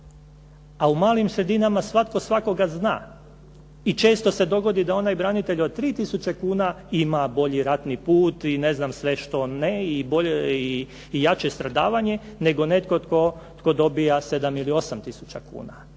A u malim sredinama svatko svakoga zna i često se dogodi da onaj branitelj od 3000 kuna ima bolji ratni put i ne znam sve što ne i bolje i jače stradavanje, nego netko tko dobija 7 ili 8 tisuća